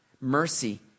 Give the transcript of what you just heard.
mercy